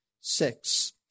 six